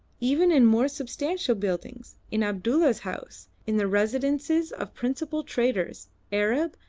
even in more substantial buildings, in abdulla's house, in the residences of principal traders, arab,